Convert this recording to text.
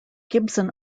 gibson